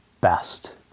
best